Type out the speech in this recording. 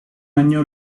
año